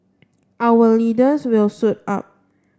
our leaders will suit up